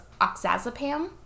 oxazepam